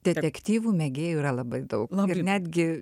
detektyvų mėgėjų yra labai daug ir netgi